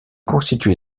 constitué